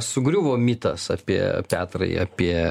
sugriuvo mitas apie petrai apie